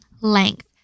length